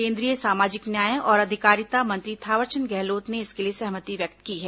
केन्द्रीय समाजिक न्याय और अधिकारिता मंत्री थावरचंद गहलोत ने इसके लिए सहमति व्यक्त की है